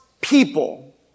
people